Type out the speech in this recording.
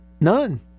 None